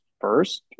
first